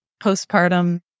postpartum